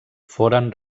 foren